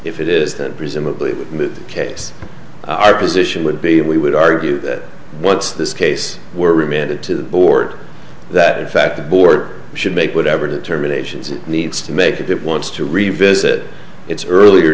if it is that presumably the case our position would be that we would argue that once this case were remanded to the board that in fact the board should make whatever determinations it needs to make if it wants to revisit its earlier